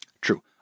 True